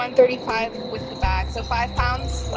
um thirty five with the bag. so five pounds.